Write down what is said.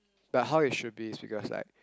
but how it should be is because like